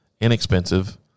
inexpensive